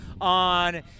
on